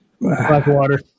Blackwater